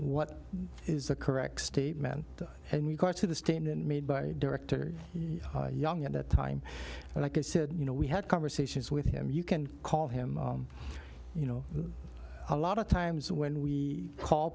what is the correct statement and we got to the stand and made by a director young at that time and i said you know we had conversations with him you can call him you know a lot of times when we call